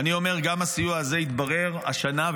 ואני אומר: גם הסיוע הזה התברר השנה,